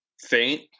faint